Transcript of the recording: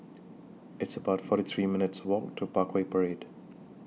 It's about forty three minutes' Walk to Parkway Parade